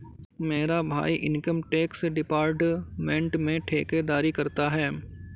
मेरा भाई income tax department में ठेकेदारी करता है